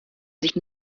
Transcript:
sich